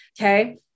Okay